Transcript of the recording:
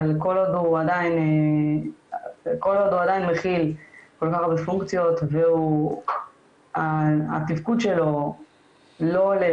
אבל כל עוד הוא עדיין מכיל כל כך הרבה פונקציות והתפקוד שלו לא עולה,